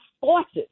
forces